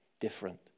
different